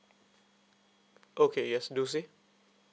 okay yes do say